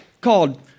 called